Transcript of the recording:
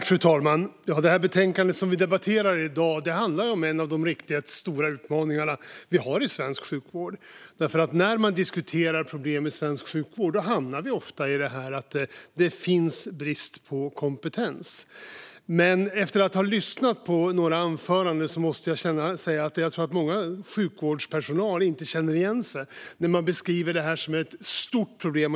Fru talman! Det betänkande vi debatterar i dag handlar om en av de riktigt stora utmaningar vi har i svensk sjukvård. När vi diskuterar problem i svensk sjukvård hamnar vi ofta i att det råder brist på kompetens. Men efter att ha lyssnat på några anföranden måste jag säga att jag tror att många bland sjukvårdspersonalen inte känner igen sig när detta beskrivs som ett stort problem.